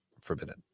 forbidden